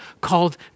called